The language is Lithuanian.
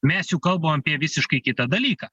mes juk kalbam apie visiškai kitą dalyką